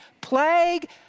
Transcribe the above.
plague